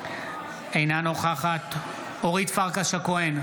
אינה נוכחת אורית פרקש הכהן,